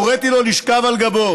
הוריתי לו לשכב על גבו,